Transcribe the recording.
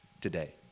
today